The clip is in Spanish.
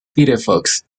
firefox